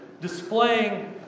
displaying